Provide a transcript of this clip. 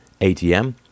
ATM